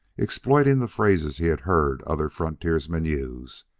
exploiting the phrases he had heard other frontiersmen use,